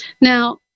Now